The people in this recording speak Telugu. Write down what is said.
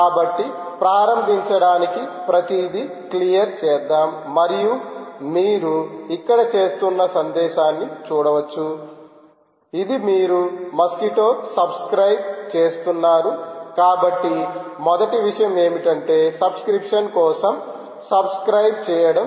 కాబట్టి ప్రారంభించడానికి ప్రతిదీ క్లియర్ చేద్దాం మరియు మీరు ఇక్కడ చేస్తున్న సందేశాన్ని చూడవచ్చు ఇది మీరు మస్క్విటో సబ్స్క్రయిబ్ చేస్తున్నారు కాబట్టి మొదటి విషయం ఏమిటంటే సబ్స్క్రిప్షన్ కోసం సబ్స్క్రయిబ్ చేయడం